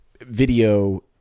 video